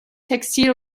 textil